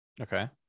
Okay